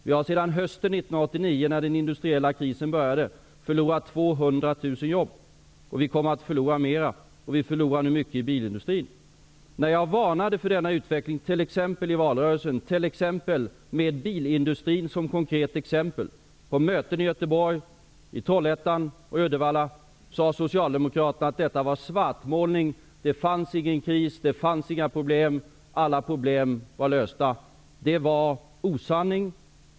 Vi har sedan hösten 1989, när den industriella krisen började, förlorat 200 000 jobb. Och vi kommer att förlora fler. Vi förlorar nu mycket i bilindustrin. När jag varnade för denna utveckling t.ex. i valrörelsen, med bilindustrin som konkret exempel, på möten i Göteborg, Trollhättan och Uddevalla, sade Socialdemokraterna att detta var svartmålning. Det fanns ingen kris. Det fanns inga problem. Alla problem var lösta. Det var grov osanning.